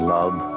love